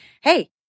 Hey